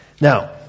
Now